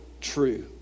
true